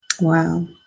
Wow